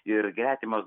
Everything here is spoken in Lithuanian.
ir gretimos